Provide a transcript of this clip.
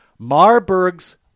Marburg's